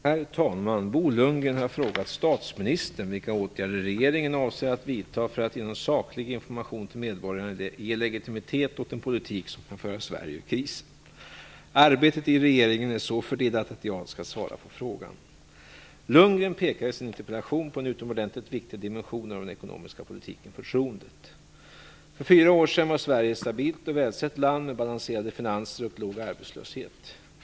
Herr talman! Bo Lundgren har frågat statsministern vilka åtgärder regeringen avser att vidta för att genom saklig information till medborgarna ge legitimitet åt en politik som kan föra Sverige ur krisen. Arbetet i regeringen är så fördelat att jag skall svara på frågan. Bo Lundgren pekar i sin interpellation på en utomordentligt viktig dimension av den ekonomiska politiken - förtroendet. För fyra år sedan var Sverige ett stabilt och välsett land med balanserade finanser och låg arbetslöshet.